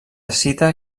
cita